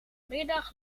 middags